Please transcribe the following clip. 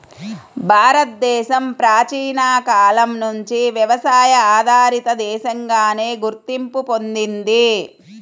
భారతదేశం ప్రాచీన కాలం నుంచి వ్యవసాయ ఆధారిత దేశంగానే గుర్తింపు పొందింది